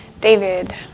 David